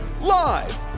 Live